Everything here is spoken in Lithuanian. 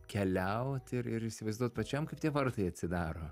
keliaut ir ir įsivaizduot pačiam kaip tie vartai atsidaro